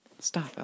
Stop